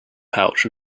pouch